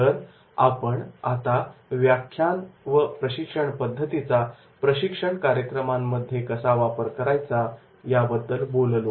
तर आपण आता व्याख्यान व प्रशिक्षण पद्धतींचा प्रशिक्षण कार्यक्रमामध्ये कसा वापर करायचा याबद्दल बोललो